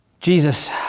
Jesus